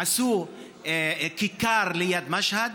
עשו כיכר ליד משהד,